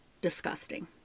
Disgusting